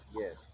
Yes